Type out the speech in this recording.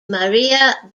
maria